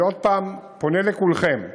אני עוד פעם פונה לכולכם,